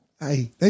Hey